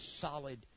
solid